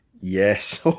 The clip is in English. Yes